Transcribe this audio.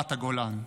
ברמת הגולן.